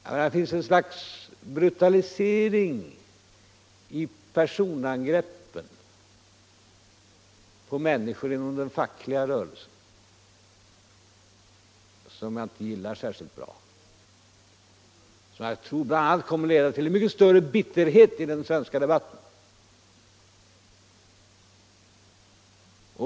Det har blivit ett slags brutalisering, som jag inte gillar, i personangreppen på människor inom den fackliga rörelsen, och jag tror detta kommer att förbittra den svenska debatten.